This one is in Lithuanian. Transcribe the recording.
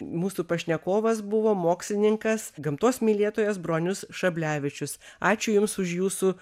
mūsų pašnekovas buvo mokslininkas gamtos mylėtojas bronius šablevičius ačiū jums už jūsų